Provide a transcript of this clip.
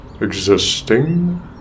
Existing